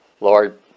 lord